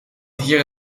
hier